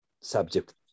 subject